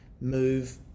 move